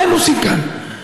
מה הם עושים כאן?